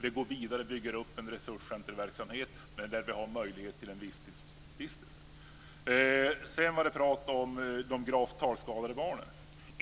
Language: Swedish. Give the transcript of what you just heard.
Vi går vidare och bygger upp en resurscenterverksamhet med möjlighet till visstidsvistelse. Sedan pratades det om de gravt talskadade barnen.